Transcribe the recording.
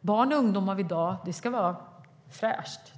Barn och ungdomar i dag vill ha det fräscht.